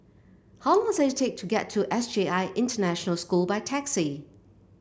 how long is it take to get to S J I International School by taxi